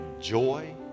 joy